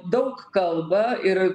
daug kalba ir